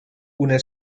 una